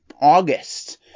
august